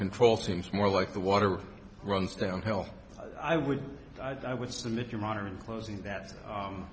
control seems more like the water runs downhill i would i would submit your modern closing that